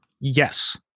Yes